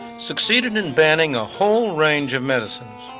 succeeded in banning a whole range of medicines.